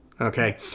Okay